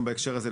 בהקשר הזה,